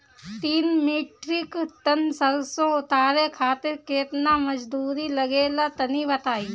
तीन metric tonne सरसो उतारे खातिर केतना मजदूरी लगे ला तनि बताई?